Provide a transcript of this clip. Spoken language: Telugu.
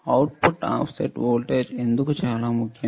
అవుట్పుట్ ఆఫ్సెట్ వోల్టేజ్ ఎందుకు చాలా ముఖ్యం